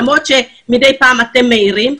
למרות שמדי פעם אתם מעירים,